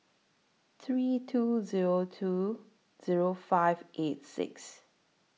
three two Zero two Zero five eight six